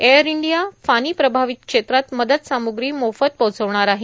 air India Fani प्रभावित क्षेत्रात मदत साम्रग्री मोफत पोचवणार आहे